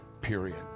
period